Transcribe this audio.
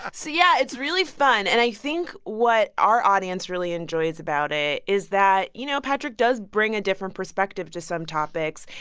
so yeah, it's really fun. and i think what our audience really enjoys about ah is that, you know, patrick does bring a different perspective to some topics.